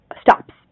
stops